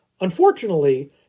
Unfortunately